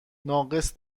ناقص